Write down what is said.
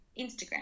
Instagram